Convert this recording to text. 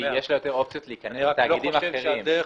כי יש לה יותר אופציות להיכנס לתאגידים אחרים.